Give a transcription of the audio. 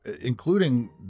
including